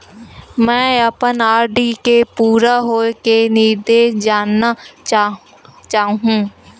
मैं अपन आर.डी के पूरा होये के निर्देश जानना चाहहु